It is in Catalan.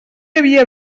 havia